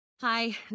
Hi